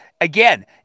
again